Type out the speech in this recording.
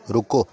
ਰੁਕੋ